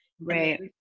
Right